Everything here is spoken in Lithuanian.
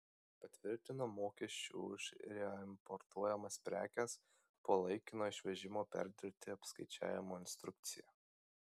patvirtino mokesčių už reimportuojamas prekes po laikino išvežimo perdirbti apskaičiavimo instrukciją